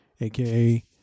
aka